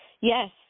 Yes